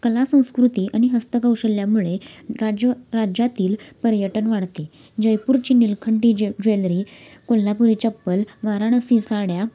कला संस्कृती आणि हस्तकौशल्यामुळे राज्य राज्यातील पर्यटन वाढते जयपूरची निलखंटी ज ज्वेलरी कोल्हापुरी चप्पल वाराणसी साड्या